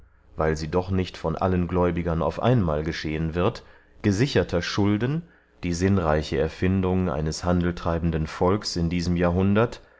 weil sie doch nicht von allen gläubigern auf einmal geschehen wird gesicherter schulden die sinnreiche erfindung eines handeltreibenden volks in diesem jahrhundert